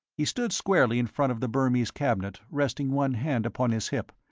he stood squarely in front of the burmese cabinet, resting one hand upon his hip.